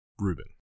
Reuben